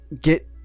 get